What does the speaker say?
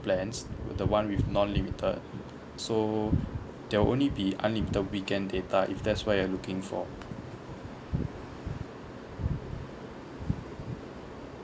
plans the one with non limited so there will only be unlimited weekend data if that's what you are looking for